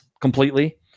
completely